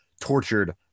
tortured